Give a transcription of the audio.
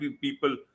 people